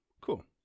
Cool